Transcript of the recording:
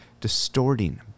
Distorting